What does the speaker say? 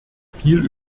viel